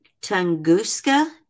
Tunguska